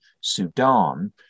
Sudan